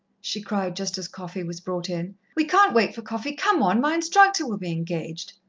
she cried, just as coffee was brought in. we can't wait for coffee come on! my instructor will be engaged.